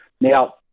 Now